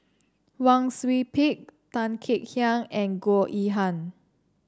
Wang Sui Pick Tan Kek Hiang and Goh Yihan